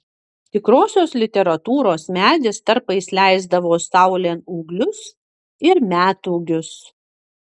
tikrosios literatūros medis tarpais leisdavo saulėn ūglius ir metūgius